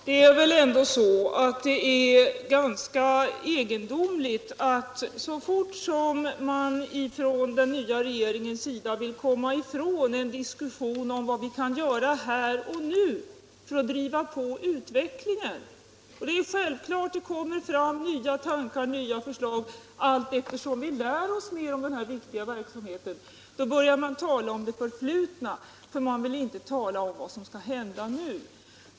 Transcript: Herr talman! Det är väl ändå ganska egendomligt att så fort den nya regeringen vill komma ifrån en diskussion om vad vi kan göra här och nu för att driva på utvecklingen — det är självklart att det kommer fram nya tankar och nya förslag allteftersom vi lär oss mer om den här viktiga verksamheten — börjar man tala om det förflutna, för man vill inte tala om vad som skall hända nu.